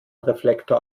reflektor